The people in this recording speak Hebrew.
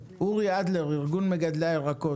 אורי אדלר, ארגון מגדלי הירקות.